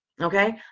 Okay